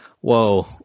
Whoa